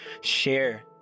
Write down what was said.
share